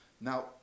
Now